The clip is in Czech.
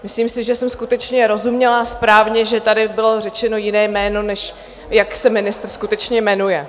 Myslím si, že jsem skutečně rozuměla správně, že tady bylo řečeno jiné jméno, než jak se ministr skutečně jmenuje.